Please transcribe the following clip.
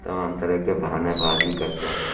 تمام طرح کے بہانے بازی کرتے ہیں